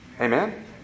Amen